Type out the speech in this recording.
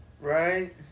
Right